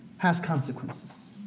has consequences.